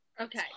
Okay